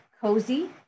cozy